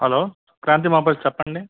hello Kranti mobiles చెప్పండి